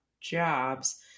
jobs